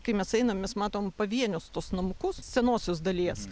kai mes einam mes matom pavienius tuos namukus senosios dalies